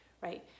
right